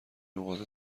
نقاط